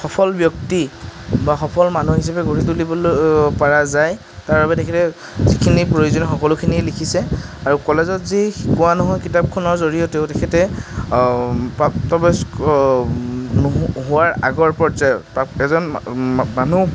সফল ব্য়ক্তি বা সফল মানুহ হিচাপে গঢ়ি তুলিবলৈ পৰা যায় তাৰ বাবে তেখেতে যিখিনি প্ৰয়োজন সকলোখিনিয়ে লিখিছে আৰু কলেজত যি শিকোৱা নহয় কিতাপখনৰ জৰিয়তেও তেখেতে প্ৰাপ্তবয়স্ক নোহো হোৱাৰ আগৰ পৰ্যায়ৰ বা এজন মানুহ